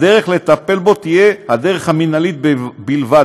הדרך לטפל בו תהיה הדרך המינהלית בלבד.